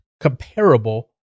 comparable